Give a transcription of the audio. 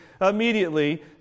immediately